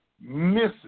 misses